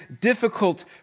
difficult